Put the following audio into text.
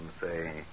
say